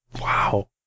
Wow